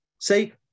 Say